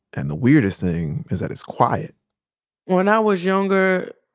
and the weirdest thing is that it's quiet when i was younger,